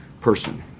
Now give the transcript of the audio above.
person